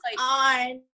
on